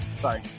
sorry